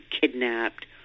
kidnapped